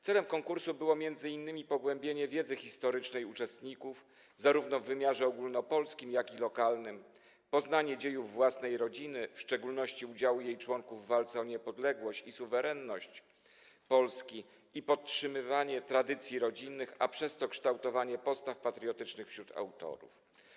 Celem konkursu było m.in. pogłębienie wiedzy historycznej uczestników zarówno w wymiarze ogólnopolskim, jak i lokalnym, poznanie dziejów własnej rodziny, w szczególności udziału jej członków w walce o niepodległość i suwerenność Polski, oraz podtrzymywanie tradycji rodzinnych, a przez to kształtowanie postaw patriotycznych wśród autorów.